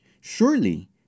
Surely